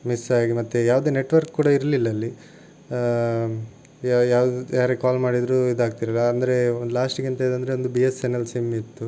miss ಆಗಿ ಮತ್ತೆ ಯಾವುದೇ ನೆಟ್ವರ್ಕ್ ಕೂಡ ಇರ್ಲಿಲ್ಲಲ್ಲಿ ಯಾ ಯಾವ್ದು ಯಾರೇ ಕಾಲ್ ಮಾಡಿದರೂ ಇದಾಗ್ತಿರ್ಲಿಲ್ಲ ಅಂದರೆ ಒಂದು ಲಾಸ್ಟಿಗೆ ಎಂತಾಯ್ತಂದ್ರೆ ಒಂದು B S N L SIM ಇತ್ತು